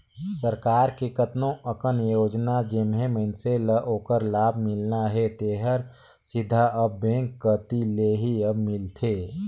सरकार के कतनो अकन योजना जेम्हें मइनसे ल ओखर लाभ मिलना हे तेहर सीधा अब बेंक कति ले ही अब मिलथे